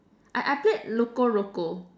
I I played Loco-Roco